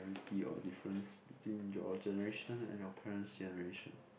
~rity or difference between your generation and your parents generation